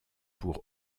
pour